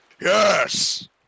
Yes